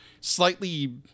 slightly